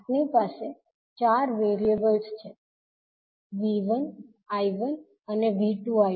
આપણી પાસે 4 વેરીએબલ્સ છે 𝐕1 𝐈𝟏 અને 𝐕2 𝐈𝟐